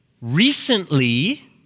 recently